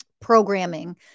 programming